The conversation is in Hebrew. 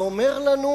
והוא אומר לנו: